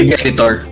editor